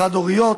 חד-הוריות,